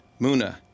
Muna